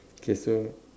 okay so